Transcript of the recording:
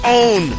own